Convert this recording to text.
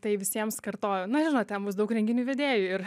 tai visiems kartojau na žinot ten bus daug renginių vedėjų ir